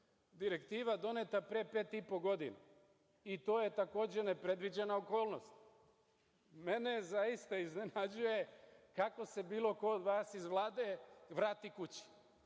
Direktiva je doneta pre pet i po godina i to je takođe nepredviđena okolnost. Mene zaista iznenađuje kako se bilo ko od vas Vlade vrati kući,